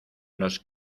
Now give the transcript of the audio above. nos